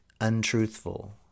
untruthful